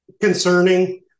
Concerning